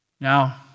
Now